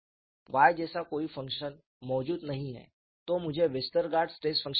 Y जैसा कोई function मौजूद नहीं है तो मुझे वेस्टरगार्ड स्ट्रेस फंक्शन मिलते हैं